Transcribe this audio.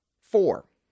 Four